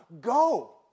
Go